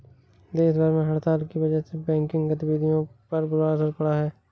देश भर में हड़ताल की वजह से बैंकिंग गतिविधियों पर बुरा असर पड़ा है